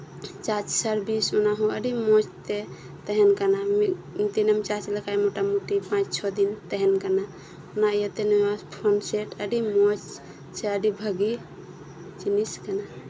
charge service ᱚᱱᱟᱦᱚᱸ ᱟᱹᱰᱤ ᱢᱚᱡ ᱛᱮ ᱛᱟᱦᱮᱸᱱ ᱠᱟᱱᱟ ᱢᱤᱫᱽᱫᱤᱱᱮᱢ ᱪᱟᱨᱡ ᱞᱮᱠᱷᱟᱡ ᱢᱚᱴᱟ ᱢᱚᱴᱤ ᱢᱚᱲᱮ ᱛᱩᱨᱩᱭ ᱢᱟᱦᱟ ᱛᱟᱦᱮᱸᱱ ᱠᱟᱱᱟ ᱚᱱᱟ ᱤᱭᱟᱹᱛᱮ ᱱᱚᱣᱟ ᱯᱷᱚᱱ ᱥᱮᱴ ᱟᱹᱰᱤ ᱢᱚᱡ ᱥᱮ ᱟᱹᱰᱤ ᱵᱷᱟᱜᱤ ᱡᱤᱱᱤᱥ ᱠᱟᱱᱟ